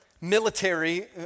military